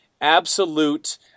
absolute